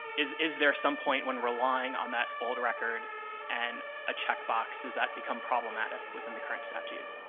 is is there some point when relying on that old record and a checkbox, does that become problematic within the current statute?